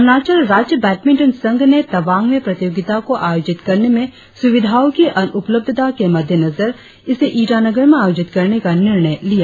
अरुणाचल राज्य बैडमिंटन संघ ने तवांग में प्रतियोगिता को आयोजित करने में सुविधाओं की अनुपलब्धता के मद्देनजर एसे ईटानटर में आयोजित करने का निर्णय लिया